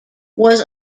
was